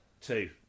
Two